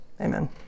Amen